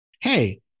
hey